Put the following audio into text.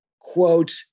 quote